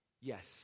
Yes